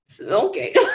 Okay